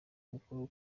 mukuru